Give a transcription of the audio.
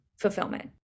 fulfillment